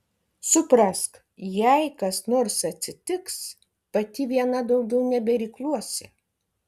suprask jei kas nors atsitiks pati viena daugiau nebeirkluosi